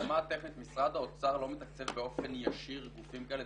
ברמה הטכנית משרד האוצר לא מתקצב באופן ישיר גופים כאלה,